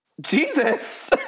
Jesus